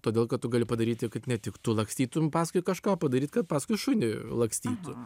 todėl kad tu gali padaryti kaip ne tik tu lakstytum paskui kažką o padaryt kad paskui šunį lakstytų